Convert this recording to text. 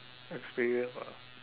experience lah